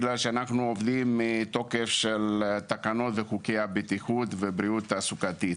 בגלל שאנחנו עובדים מתוקף תקנות וחוקי הבטיחות והבריאות התעסוקתית.